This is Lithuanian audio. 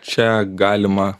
čia galima